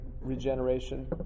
regeneration